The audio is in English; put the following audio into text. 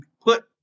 put